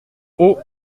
haut